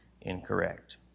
incorrect